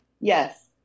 Yes